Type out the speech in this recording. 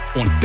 on